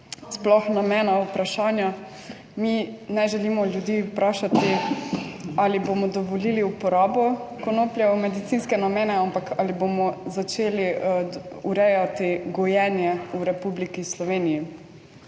sploh namena vprašanja. Mi ne želimo ljudi vprašati, ali bomo dovolili uporabo konoplje v medicinske namene, ampak ali bomo začeli urejati gojenje v Republiki Sloveniji